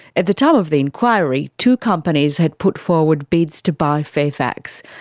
at the time of the inquiry, two companies had put forward bids to buy fairfax.